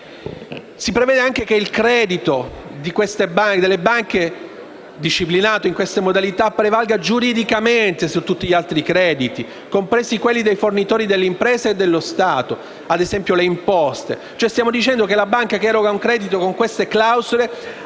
Si prevede anche che il credito delle banche disciplinato nell'articolo in esame prevalga giuridicamente su tutti gli altri crediti, compresi quelli dei fornitori dell'impresa e dello Stato, ad esempio le imposte.